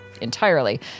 entirely